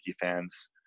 fans